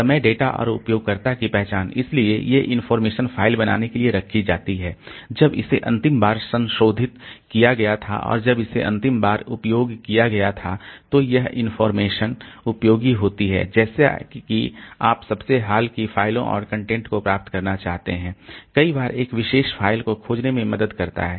समय डेटा और उपयोगकर्ता की पहचान इसलिए ये इनफार्मेशन फ़ाइल बनाने के लिए रखी जाती है जब इसे अंतिम बार संशोधित किया गया था और जब इसे अंतिम बार उपयोग किया गया था तो ये इनफार्मेशन उपयोगी होती हैं जैसे कि आप सबसे हाल की फ़ाइलों और कंटेंट को प्राप्त करना चाहते हैं कई बार एक विशेष फ़ाइल को खोजने में मदद करता है